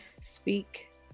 speak